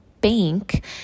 bank